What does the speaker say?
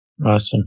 Awesome